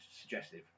suggestive